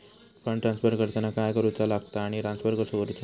Fund transfer करताना काय करुचा लगता आनी ट्रान्स्फर कसो करूचो?